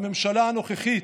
הממשלה הנוכחית,